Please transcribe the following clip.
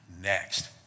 next